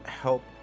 help